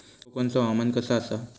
कोकनचो हवामान कसा आसा?